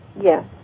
yes